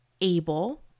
able